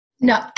No